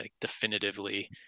definitively